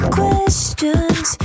questions